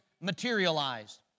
materialized